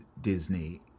Disney